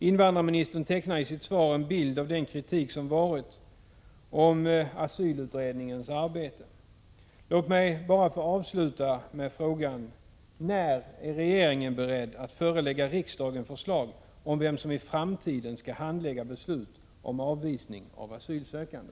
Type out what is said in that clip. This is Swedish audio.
Invandrarministern tecknar i sitt svar en bild av kritiken mot asylutredningens arbete. Låt mig få avsluta med en fråga: När är regeringen beredd att förelägga riksdagen förslag om vem som i framtiden skall handlägga beslut om avvisning av asylsökande?